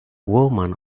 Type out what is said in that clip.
woman